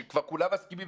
ששם כבר כולם מסכימים?